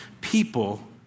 people